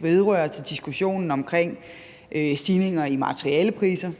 vedrører diskussionen omkring stigninger i materialepriser